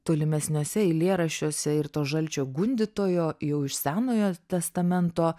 tolimesniuose eilėraščiuose ir to žalčio gundytojo jau iš senojo testamento